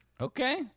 Okay